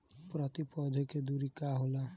प्रति पौधे के दूरी का होला?